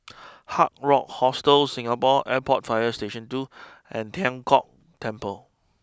Hard Rock Hostel Singapore Airport fire Station two and Tian Kong Temple